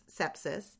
sepsis